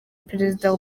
perezida